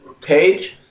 page